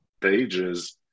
pages